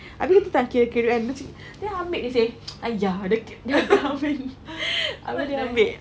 habis kita tengah kira-kira then macam dia ambil jer seh !aiya! dia ki~ dia cannot wait habis dia ambil